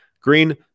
Green